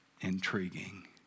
intriguing